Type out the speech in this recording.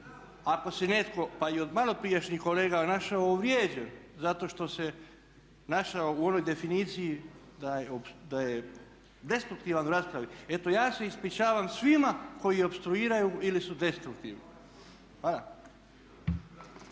ako se netko pa i od maloprijašnjih kolega našao uvrijeđen zato što se našao u onoj definiciji da je destruktivan u raspravi eto ja se ispričavam svima koji opstruiraju ili su destruktivni. Hvala.